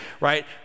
right